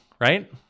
right